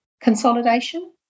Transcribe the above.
consolidation